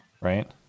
Right